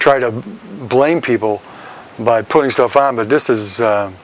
try to blame people by putting stuff on but this is